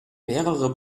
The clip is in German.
mehrere